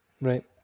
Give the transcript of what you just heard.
Right